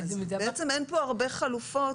בעצם אין כאן הרבה חלופות.